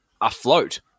afloat